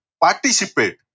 Participate